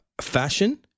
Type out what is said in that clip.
fashion